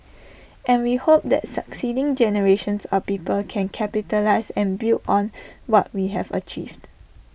and we hope that succeeding generations of people can capitalise and build on what we have achieved